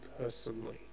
personally